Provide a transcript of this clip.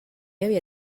havia